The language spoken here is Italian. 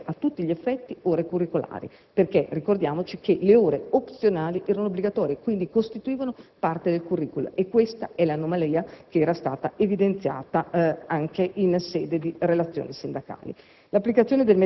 costituenti cioè a tutti gli effetti ore curricolari. Ricordiamoci che le ore opzionali erano obbligatorie e quindi costituivano parte del *curriculum*, e questa è l'anomalia che era stata evidenziata anche in sede di relazioni sindacali.